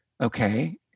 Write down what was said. Okay